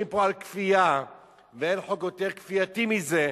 פה על כפייה ואין חוק יותר כפייתי מזה,